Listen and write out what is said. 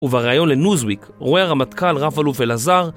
ובריאיון לניוזוויק, רואה הרמטכ"ל רב-אלוף אלעזר